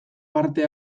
parte